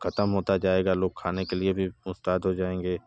ख़त्म होता जाएगा लोग खाने के लिए भी मोहताज हो जाएंगे